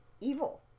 evil